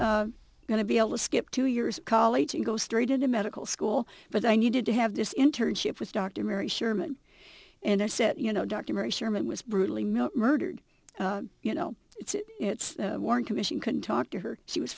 going to be able to skip two years of college and go straight into medical school but i needed to have this internship with dr mary sherman and i said you know dr mary sherman was brutally murdered you know it's it's warren commission couldn't talk to her she was